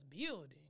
building